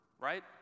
right